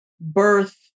birth